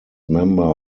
member